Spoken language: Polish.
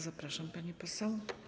Zapraszam, pani poseł.